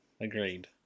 agreed